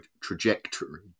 trajectory